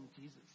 Jesus